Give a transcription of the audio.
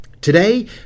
Today